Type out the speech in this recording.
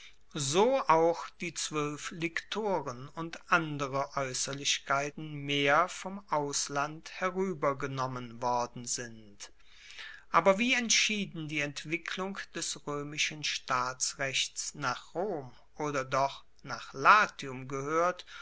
so auch die zwoelf liktoren und andere aeusserlichkeiten mehr vom ausland heruebergenommen worden sind aber wie entschieden die entwicklung des roemischen staatsrechts nach rom oder doch nach latium gehoert